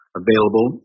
available